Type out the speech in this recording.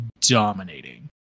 dominating